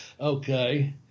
okay